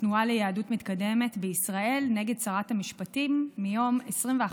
התנועה ליהדות מתקדמת בישראל נגד שרת המשפטים מיום 21